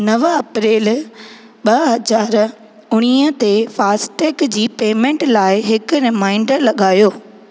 नव अप्रेल ॿ हज़ार उणिवीह ते फ़ास्टैग जी पेमेंट लाइ हिक रिमाइंडर लॻायो